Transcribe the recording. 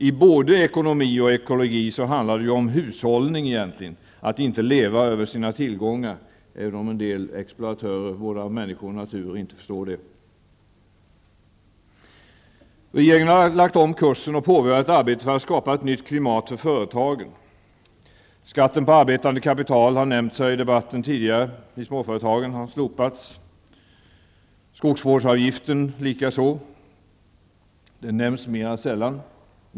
I både ekonomi och ekologi handlar det om hushållning -- att inte leva över sina tillgångar, även om en del exploatörer, både av människor och natur, inte förstår det. Regeringen har lagt om kursen och påbörjat arbetet att skapa ett nytt klimat för företagen. Skatten på arbetande kapital i småföretagen har nämnts här i debatten tidigare. Den har slopats, skogsvårdsavgiften likaså, den nämns mera sällan.